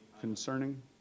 Concerning